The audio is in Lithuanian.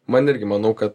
man irgi manau ka